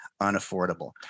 unaffordable